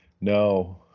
no